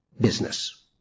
business